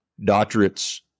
doctorates